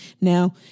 Now